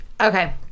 Okay